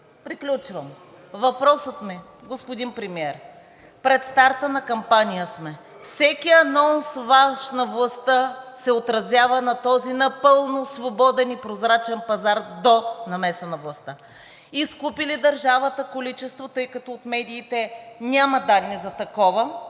Приключвам. Въпросът ми, господин Премиер, пред старта на кампания сме, всеки анонс – Ваш, на властта, се отразява на този напълно свободен и прозрачен пазар до намеса на властта: изкупи ли държавата количество, тъй като от медиите няма данни за такова